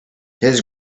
his